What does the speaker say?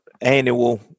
annual